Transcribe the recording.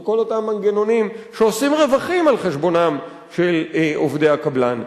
וכל אותם מנגנונים שעושים רווחים על חשבונם של עובדי הקבלן,